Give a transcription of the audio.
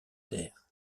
terre